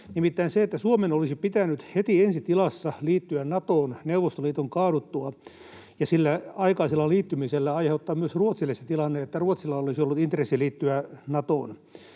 Nimittäin sen, että Suomen olisi pitänyt heti ensi tilassa liittyä Natoon Neuvostoliiton kaaduttua ja sillä aikaisella liittymisellä aiheuttaa myös Ruotsille se tilanne, että Ruotsilla olisi ollut intressi liittyä Natoon.